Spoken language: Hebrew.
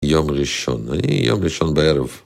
יום ראשון, אני יום ראשון בערב